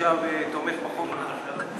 זכויותיהם וחובותיהם (תיקון מס' 38) (הרכב ועדת האתיקה),